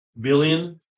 billion